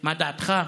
מה דעתך?